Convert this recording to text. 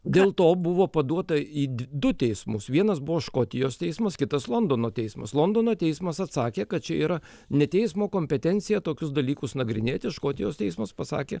dėl to buvo paduota į du teismus vienas buvo škotijos teismas kitas londono teismas londono teismas atsakė kad čia yra ne teismo kompetencija tokius dalykus nagrinėti škotijos teismas pasakė